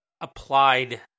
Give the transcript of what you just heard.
applied